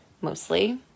mostly